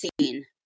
seen